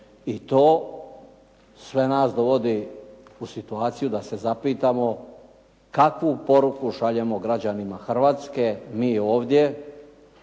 I to sve nas dovodi u situaciju da se zapitamo kakvu poruku šaljemo građanima Hrvatske, mi ovdje